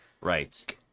Right